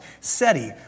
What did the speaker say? SETI